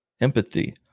empathy